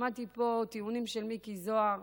שמעתי פה טיעונים של מיקי זוהר